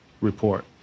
report